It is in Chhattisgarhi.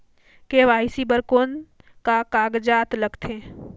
के.वाई.सी बर कौन का कागजात लगथे?